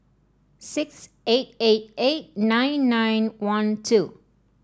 six eight eight eight nine nine one two